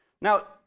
Now